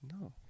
No